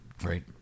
Right